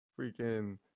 freaking